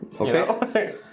Okay